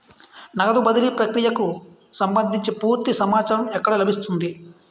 నగదు బదిలీ ప్రక్రియకు సంభందించి పూర్తి సమాచారం ఎక్కడ లభిస్తుంది?